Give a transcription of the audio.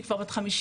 היא כבר בת 59